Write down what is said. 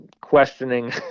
questioning